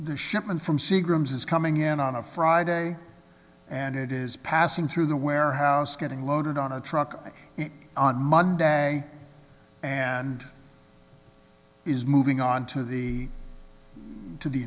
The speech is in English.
shipment from seagram's is coming in on a friday and it is passing through the warehouse getting loaded on a truck on monday and is moving on to the to the